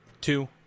two